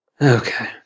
okay